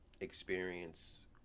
experience